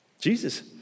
Jesus